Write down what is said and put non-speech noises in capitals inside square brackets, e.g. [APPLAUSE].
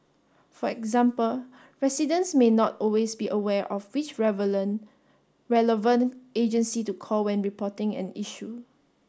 for example residents may not always be aware of which [UNINTELLIGIBLE] relevant agency to call when reporting an issue